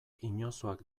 inozoak